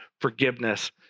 forgiveness